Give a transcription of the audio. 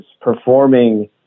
performing